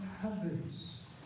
habits